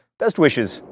best wishes,